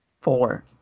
Four